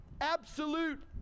absolute